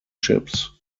chips